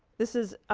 this is